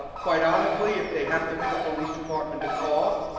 quite honestly, if they have to pick a police department to call,